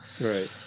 right